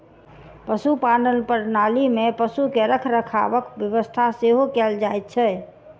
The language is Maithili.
पशुपालन प्रणाली मे पशु के रखरखावक व्यवस्था सेहो कयल जाइत छै